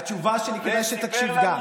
אתה מדבר שטויות.